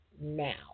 now